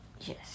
Yes